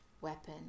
weapon